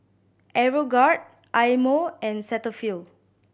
Aeroguard Eye Mo and Cetaphil